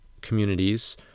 communities